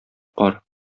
кар